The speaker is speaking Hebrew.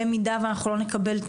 במידה ואנחנו לא נקבל,